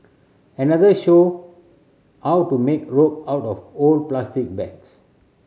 another showed how to make rope out of old plastic bags